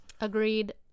Agreed